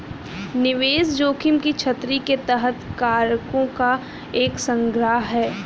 निवेश जोखिम की छतरी के तहत कारकों का एक संग्रह है